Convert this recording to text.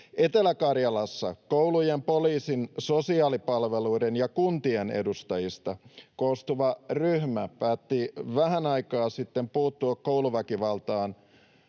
Etelä-Karjalassa koulujen, poliisin, sosiaalipalveluiden ja kuntien edustajista koostuva ryhmä päätti vähän aikaa sitten puuttua kouluväkivaltaan